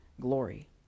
glory